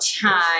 time